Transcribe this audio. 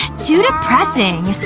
too depressing.